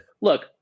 look